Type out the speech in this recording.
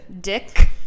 Dick